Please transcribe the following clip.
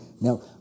Now